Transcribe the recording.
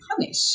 punish